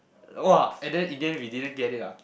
!wah! and then it then we didn't get it ah